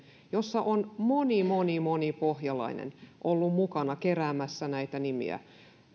jossa on moni moni moni pohjalainen ollut mukana keräämässä näitä nimiä